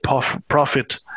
profit